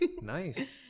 Nice